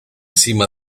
cima